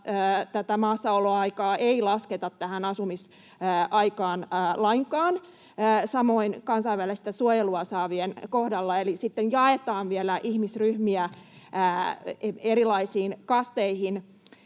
maassaoloaikaa ei lasketa tähän asumisaikaan lainkaan, ja samoin on kansainvälistä suojelua saavien kohdalla, eli sitten jaetaan vielä ihmisryhmiä erilaisiin kasteihin.